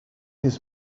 his